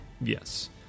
Yes